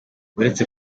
uretse